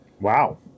Wow